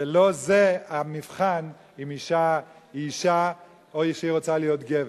ולא זה המבחן אם אשה היא אשה או שהיא רוצה להיות גבר.